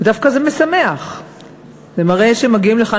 זה דווקא משמח ומראה שמגיעים לכאן,